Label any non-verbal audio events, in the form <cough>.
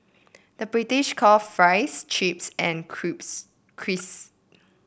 the British call fries chips and <unintelligible> crisp